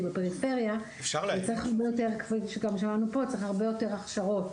כי בפריפריה צריך הרבה יותר הכשרות,